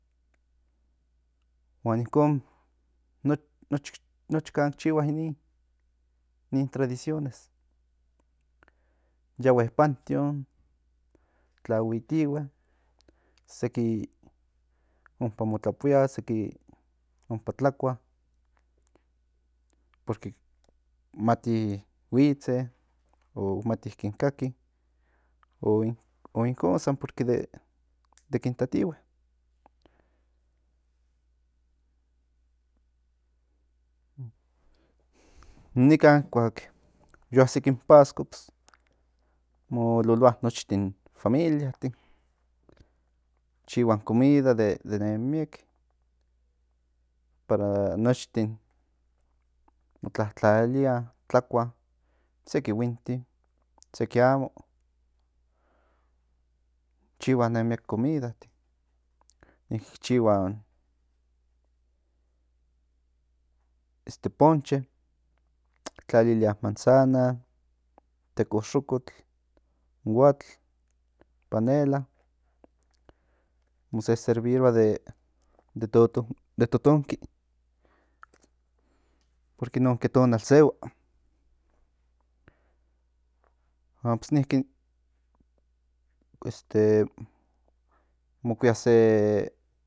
Huan inkon nochan chihua in nin tradiciones yahui pantion tlahuitihue seki ompa mo tlapuia seki ompa tlakua porque mati huitze oc mati kin kaki o inkon san porque de kin tatihue nikan kuatlapanalistli yo asik in pasco mo ololoa nochtinn familiatin ki chihua in komida de nen miek para nochtin montlalia tlakua seki huinti seki amo chihua nen miek comidatin chihua ponche tlalilia manzana tecoxocotl huatl panela mo serviroa de totonki porque in nonke tonal sehua huan niki este mokui se